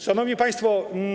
Szanowni Państwo!